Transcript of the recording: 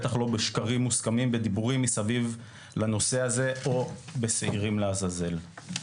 בטח לא בשקרים מוסכמים בדיבורים מסביב לנושא הזה או בשעירים לעזאזל.